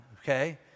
okay